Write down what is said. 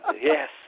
Yes